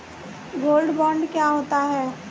Gold bond क्या होता है?